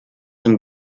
zum